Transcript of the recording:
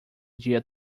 dia